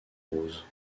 roses